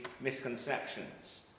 misconceptions